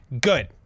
good